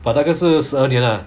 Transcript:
but 那个是十二年 ah